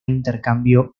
intercambio